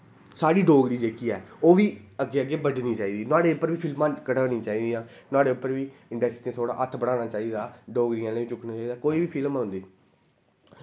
साढ़ी डोगरी जेह्की ऐ ओह् बी अग्गें अग्गें बधनी चाहिदी नोहाड़े उप्पर बी फिल्मां कढानियां चाहिदियां नोहाड़े उप्पर बी इंडस्ट्री दा थोह्ड़ा हत्थ बढ़ाना चाहिदा डोगरी आह्लें बी चुक्कना चाहिदा कोई बी फिल्म औंदी